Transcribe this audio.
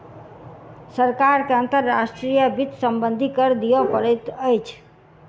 सरकार के अंतर्राष्ट्रीय वित्त सम्बन्धी कर दिअ पड़ैत अछि